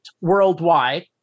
worldwide